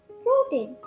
protein